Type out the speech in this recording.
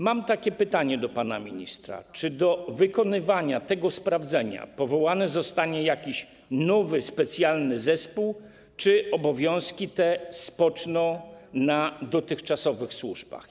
Mam takie pytanie do pana ministra: Czy do wykonywania tego sprawdzenia powołany zostanie jakiś nowy, specjalny zespół, czy też obowiązki te spoczną na dotychczasowych służbach?